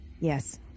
Yes